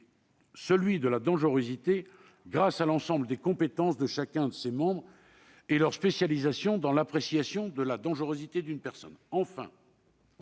qu'est la dangerosité, grâce à l'ensemble des compétences de chacun de ses membres et leur spécialisation dans l'appréciation de la dangerosité d'une personne.